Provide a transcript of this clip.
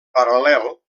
paral·lel